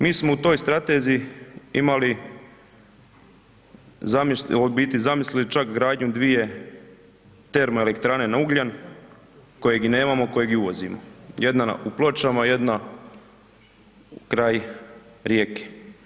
Mi smo u toj strateziji imali, u biti zamislili čak gradnju dvije termoelektrane na ugljan kojeg i nemamo, kojeg i uvozimo, jedna u Pločama, jedna kraj Rijeke.